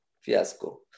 fiasco